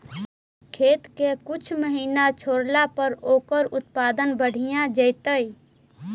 खेत के कुछ महिना छोड़ला पर ओकर उत्पादन बढ़िया जैतइ?